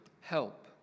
help